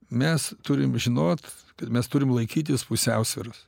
mes turim žinot kad mes turim laikytis pusiausvyros